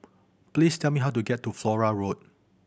please tell me how to get to Flora Road